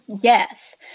yes